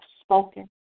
spoken